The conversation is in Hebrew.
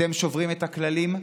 אתם שוברים את הכללים?